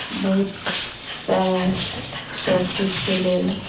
बहुत सारा सभकिछुके लेल